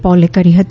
પોલે કરી હતી